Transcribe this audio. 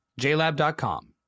JLab.com